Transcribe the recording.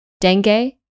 dengue